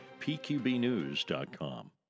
pqbnews.com